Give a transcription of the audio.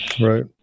Right